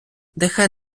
нехай